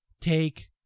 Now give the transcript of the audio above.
take